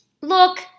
Look